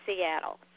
Seattle